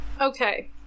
Okay